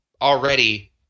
already